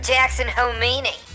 Jackson-Homini